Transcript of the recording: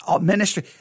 ministry